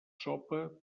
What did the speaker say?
sopa